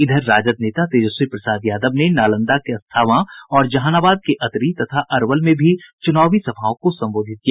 इधर राजद नेता तेजस्वी प्रसाद यादव ने नालंदा के अस्थावां और जहानाबाद के अतरी तथा अरवल में भी चुनावी सभाओं को संबोधित किया